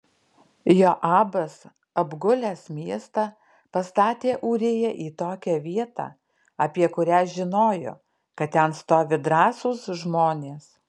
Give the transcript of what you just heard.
joabas apgulęs miestą pastatė ūriją į tokią vietą apie kurią žinojo kad ten stovi drąsūs žmonės